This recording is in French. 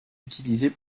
utilisées